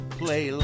play